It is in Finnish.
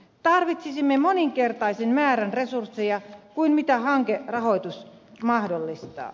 tarvitsisimme moninkertaisen määrän resursseja kuin mitä hankerahoitus mahdollistaa